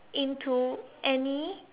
into any